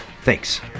Thanks